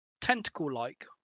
tentacle-like